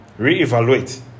Reevaluate